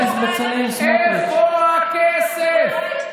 לדעת איפה הכסף.